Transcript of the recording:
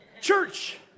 Church